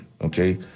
Okay